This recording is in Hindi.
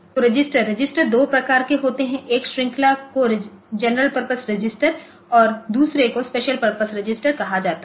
तो रजिस्टर रजिस्टर दो प्रकार के होते हैं एक श्रेणी को जनरल पर्पस रजिस्टर और स्पेशल पर्पस रजिस्टर कहा जाता है